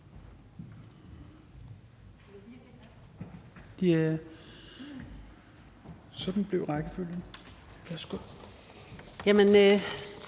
Tak